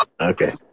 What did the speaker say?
Okay